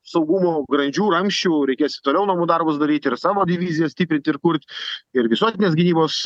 saugumo grandžių ramsčių reikės ir toliau namų darbus daryt ir savo divizijas stiprint ir kurt ir visuotinės gynybos